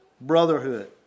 brotherhood